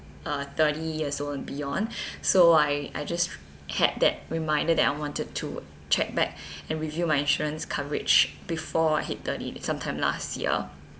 uh thirty years old and beyond so I I just had that reminder that I wanted to check back and review my insurance coverage before I hit thirty sometime last year